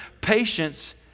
Patience